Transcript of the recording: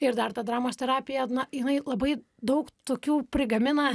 ir dar ta dramos terapija jinai labai daug tokių prigamina